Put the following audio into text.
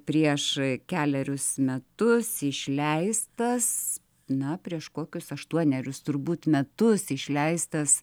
prieš kelerius metus išleistas na prieš kokius aštuonerius turbūt metus išleistas